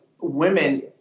women